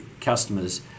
customers